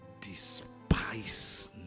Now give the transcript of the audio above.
despise